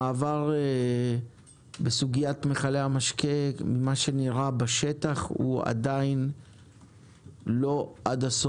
המעבר בסוגיית מכלי המשקה עדיין לא הגיע ליעדו,